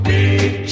Big